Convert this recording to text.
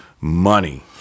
money